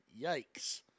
Yikes